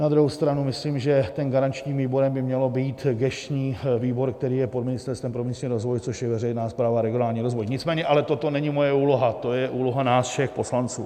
Na druhou stranu myslím, že garančním výborem by měl být gesční výbor, který je pod Ministerstvem pro místní rozvoj, což je veřejná správa a regionální rozvoj, nicméně toto není moje úloha, to je úloha nás všech poslanců.